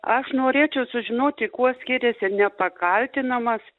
aš norėčiau sužinoti kuo skiriasi nepakaltinamas